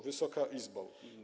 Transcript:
Wysoka Izbo!